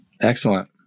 Excellent